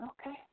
Okay